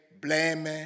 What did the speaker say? blame